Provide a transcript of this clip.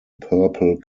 purple